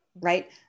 right